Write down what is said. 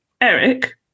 Eric